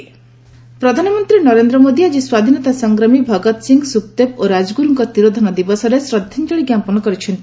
PM Bhagat Singh ପ୍ରଧାନମନ୍ତ୍ରୀ ନରେନ୍ଦ୍ର ମୋଦି ଆକି ସ୍ୱାଧୀନତା ସଂଗ୍ରାମୀ ଭଗତ ସିଂ ଶୁକଦେବ ଓ ରାଜଗୁରୁଙ୍କ ତିରୋଧାନ ଦିବସରେ ଶ୍ରଦ୍ଧାଞ୍ଚଳି ଜ୍ଞାପନ କରିଛନ୍ତି